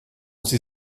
sie